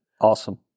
Awesome